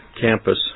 campus